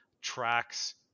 tracks